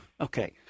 Okay